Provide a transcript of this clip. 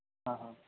हां हां